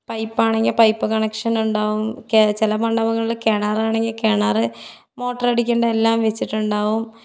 പൈപ്പാണെങ്കിൽ pipe connection ഉണ്ടാകും കെ ചില മണ്ഡപങ്ങളിൽ കിണറാണെങ്കിൽ കിണർ മോട്ടറടിക്കേണ്ട എല്ലാം വെച്ചിട്ടുണ്ടാകും